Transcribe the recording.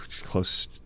Close